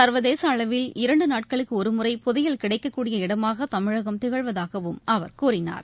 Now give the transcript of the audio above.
சர்வதேசஅளவில் இரண்டுநாட்களுக்குஒருமுறை புதையல் கிடைக்கக்கூடயப இடமாகதமிழகம் திகழ்வதாகவும் அவர் கூறினார்